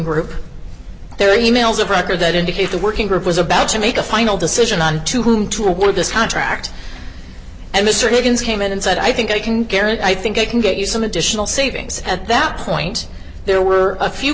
group there are e mails of record that indicate the working group was about to make a final decision on to whom to award this contract and mr higgins came in and said i think i can guarantee i think i can get you some additional savings at the that point there were a few